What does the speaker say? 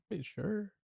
sure